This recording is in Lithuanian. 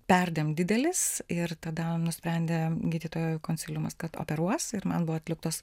perdėm didelis ir tada nusprendė gydytojų konsiliumas kad operuos ir man buvo atliktos